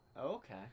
Okay